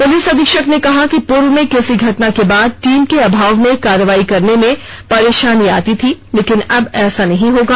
police अधीक्षक ने कहा पूर्व में किसी घटना के बाद टीम के अभाव में कार्रवाई करने में परेशानी आती थी लेकिन अब ऐसा नहीं होगा